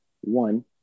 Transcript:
one